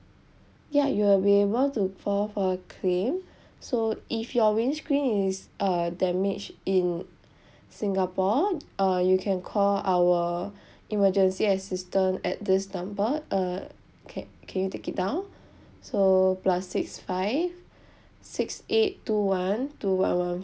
ya you will be able to file for a claim so if your windscreen is uh damaged in singapore uh you can call our emergency assistance at this number uh ca~ can you take it down so plus six five six eight two one two one one